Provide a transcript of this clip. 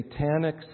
satanic